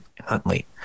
Huntley